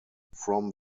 from